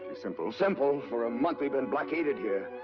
simple. simple! for a month, we've been blockaded here.